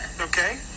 okay